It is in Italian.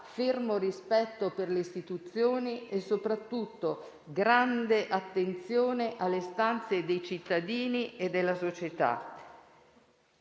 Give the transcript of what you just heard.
fermo rispetto per le istituzioni e soprattutto grande attenzione alle istanze dei cittadini e della società.